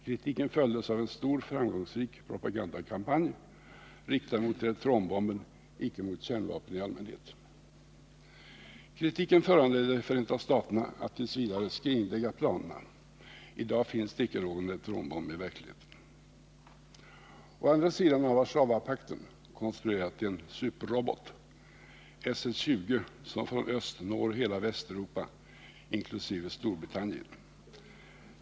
Kritiken följdes av en stor, framgångsrik propagandakampanj riktad mot neutronbomben, icke mot kärnvapen i allmänhet. Kritiken föranledde USA att t. v. skrinlägga planerna. I dag finns det inte någon neutronbombb i verkligheten. Å andra sidan har Warszawapakten konstruerat en superrobot, SS-20, som från öst når hela Västeuropa inkl. Storbritannien.